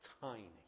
tiny